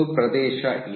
ಇದು ಪ್ರದೇಶ ಎ